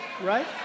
Right